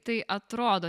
tai atrodo